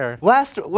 last